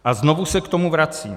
A znovu se k tomu vracím.